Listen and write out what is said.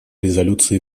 резолюции